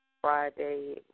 Friday